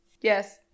Yes